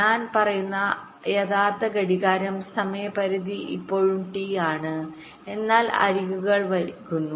ഞാൻ പറയുന്ന യഥാർത്ഥ ഘടികാരം സമയപരിധി ഇപ്പോഴും T ആണ് എന്നാൽ അരികുകൾ വൈകുന്നു